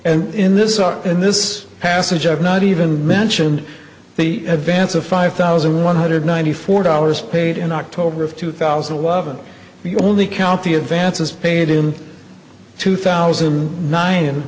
and in this are in this passage i've not even mentioned the advance of five thousand one hundred ninety four dollars paid in october of two thousand and eleven you only count the advances paid in two thousand and nine